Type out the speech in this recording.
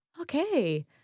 Okay